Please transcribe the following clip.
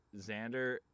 Xander